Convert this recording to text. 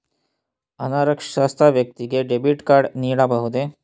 ಅನಕ್ಷರಸ್ಥ ವ್ಯಕ್ತಿಗೆ debit card ನೀಡಬಹುದೇ?